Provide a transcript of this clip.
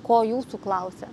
ko jūsų klausia